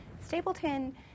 Stapleton